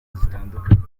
zitandukanye